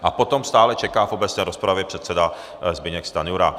A potom stále čeká v obecné rozpravě předseda Zbyněk Stanjura.